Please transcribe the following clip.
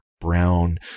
brown